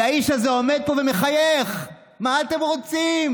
והאיש הזה עומד פה ומחייך: מה אתם רוצים?